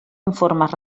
informes